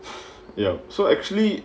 ya so actually